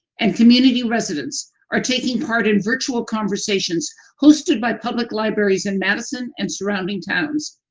and community residents are taking part in virtual conversations hosted by public libraries in madison and surrounding towns.